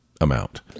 amount